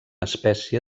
espècie